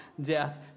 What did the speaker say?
death